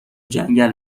جنگل